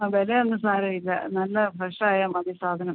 ആ വില ഒന്നും സാരം ഇല്ല നല്ല ഫ്രഷായാൽ മതി സാധനം